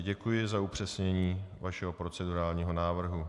Děkuji za upřesnění vašeho procedurálního návrhu.